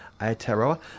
Aotearoa